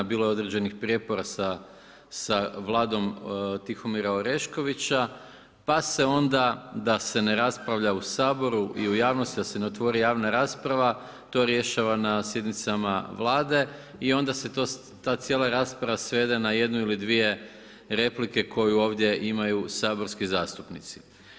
Bilo je određenih prijepora sa Vladom Tihomira Oreškovića, pa se onda, da se ne raspravlja u Saboru i u javnosti da se ne otvori javna rasprava, to rješava na sjednicama Vlada i onda se to, ta cijela rasprava svede na 1 ili 2 replike koju ovdje imaju saborski zastupnici.